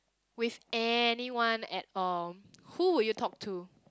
with anyone at all who would you talk to